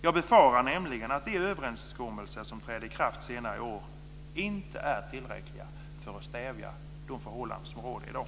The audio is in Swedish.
Jag befarar nämligen att de överenskommelser som träder i kraft senare i år inte är tillräckliga för att stävja de förhållanden som råder i dag.